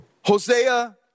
Hosea